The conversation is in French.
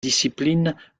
discipline